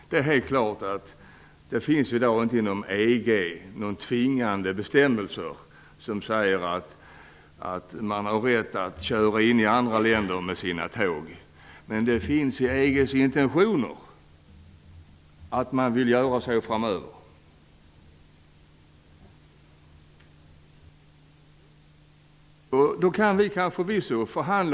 Det är helt klart att det inom EG i dag inte finns några tvingande bestämmelser som säger att man har rätt att köra in i andra länder med sina tåg, men det ligger i EG:s intentioner att man vill göra så framöver.